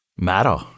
matter